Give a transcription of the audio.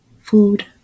Food